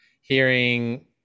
hearing